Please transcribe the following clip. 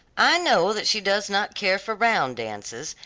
i know that she does not care for round dances,